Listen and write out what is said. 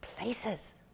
Places